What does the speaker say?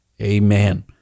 Amen